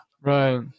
right